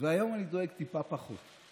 והיום אני דואג טיפה פחות,